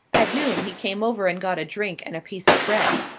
at noon he came over and got a drink, and a piece of bread.